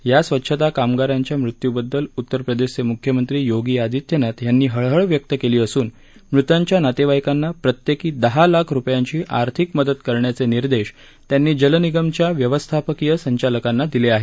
या स्वच्छता कामगारांच्या मृत्यूबद्दल उतर प्रदेशचे मुख्यमंत्री योगी अदित्यनाथ यांनी हळहळ व्यक्त केली असून मृतांच्या नातेवाईकांना प्रत्येकी दहा लाख रुपयांची आर्थिक मदत करण्याचे निर्देश त्यांनी जल निगमच्या व्यवस्थापकीय संचालकांना दिले आहेत